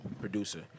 producer